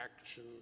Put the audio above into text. action